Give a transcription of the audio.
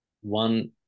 One